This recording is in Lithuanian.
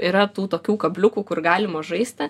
yra tų tokių kabliukų kur galima žaisti